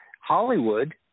Hollywood